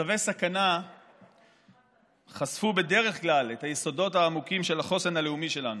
מצבי סכנה חשפו בדרך כלל את היסודות העמוקים של החוסן הלאומי שלנו.